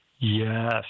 Yes